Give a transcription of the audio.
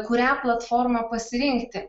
kurią platformą pasirinkti